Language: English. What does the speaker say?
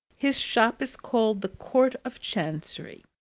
his shop is called the court of chancery.